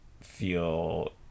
feel